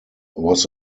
was